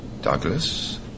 Douglas